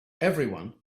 everyone